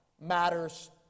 matters